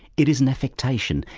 it is an affectation,